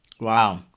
Wow